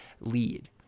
lead